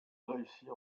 réussit